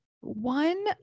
one